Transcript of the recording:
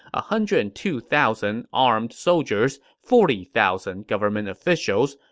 ah hundred and two thousand armed soldiers, forty thousand government officials,